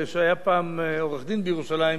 שהיה פעם עורך-דין בירושלים,